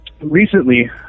recently